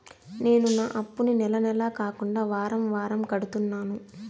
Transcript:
నేను నా అప్పుని నెల నెల కాకుండా వారం వారం కడుతున్నాను